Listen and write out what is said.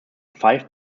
five